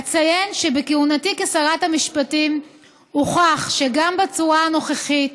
אציין שבכהונתי כשרת המשפטים הוכח שגם בצורה הנוכחית